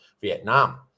Vietnam